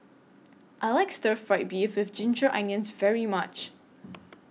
I like Stir Fried Beef with Ginger Onions very much